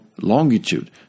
longitude